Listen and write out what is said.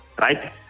right